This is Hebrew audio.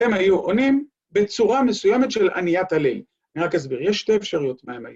‫הם היו עונים בצורה מסוימת ‫של עניית הליל. ‫אני רק אסביר, ‫יש שתי אפשריות מהם היו.